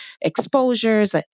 exposures